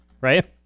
Right